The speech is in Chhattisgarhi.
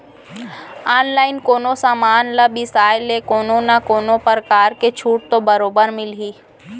ऑनलाइन कोनो समान ल बिसाय ले कोनो न कोनो परकार के छूट तो बरोबर मिलही